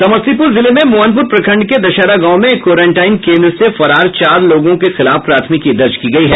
समस्तीपुर जिले में मोहनपुर प्रखंड के दशहरा गांव में एक क्वारेंटाइन केन्द्र से फरार चार लोगों के खिलाफ प्राथमिकी दर्ज की गयी है